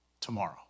tomorrow